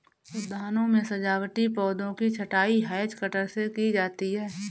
उद्यानों में सजावटी पौधों की छँटाई हैज कटर से की जाती है